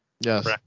Yes